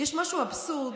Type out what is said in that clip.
יש משהו אבסורדי